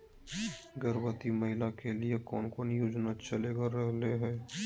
गर्भवती महिला के लिए कौन कौन योजना चलेगा रहले है?